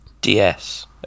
DS